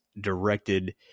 directed